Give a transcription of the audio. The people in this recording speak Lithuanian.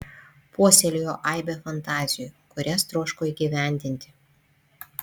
puoselėjo aibę fantazijų kurias troško įgyvendinti